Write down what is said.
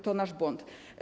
To nasz błąd.